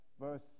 verse